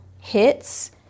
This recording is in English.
hits